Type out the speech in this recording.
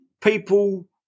people